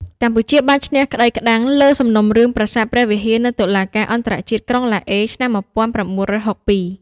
កម្ពុជាបានឈ្នះក្តីក្តាំងលើសំណុំរឿងប្រាសាទព្រះវិហារនៅតុលាការអន្តរជាតិក្រុងឡាអេឆ្នាំ ១៩៦២។